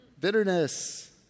Bitterness